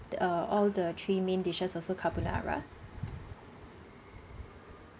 the uh all the three main dishes also carbonara